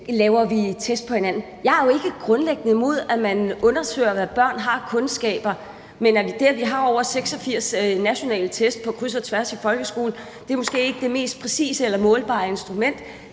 laver test. Jeg er jo ikke grundlæggende imod, at man undersøger, hvad børn har af kundskaber, men når vi ser, at vi har over 86 nationale test på kryds og tværs i folkeskolen, er det måske ikke det mest præcise eller målbare instrument.